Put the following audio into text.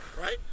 right